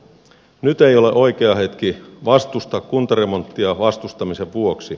nyt ei ole oikea hetki vastustaa kuntaremonttia vastustamisen vuoksi